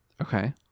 Okay